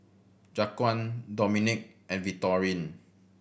Jaquan Dominque and Victorine